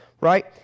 right